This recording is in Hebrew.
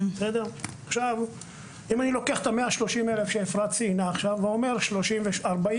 אם אני לוקח את ה-130,000 שאפרת ציינה עכשיו ואומר 40,000,